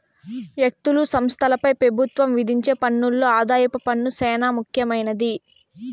వ్యక్తులు, సంస్థలపై పెబుత్వం విధించే పన్నుల్లో ఆదాయపు పన్ను సేనా ముఖ్యమైంది